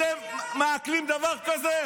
אתם מעכלים דבר כזה?